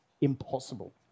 impossible